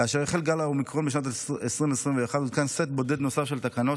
כאשר החל גל האומיקרון בשנת 2021 הותקן סט בודד נוסף של תקנות,